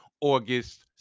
August